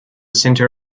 center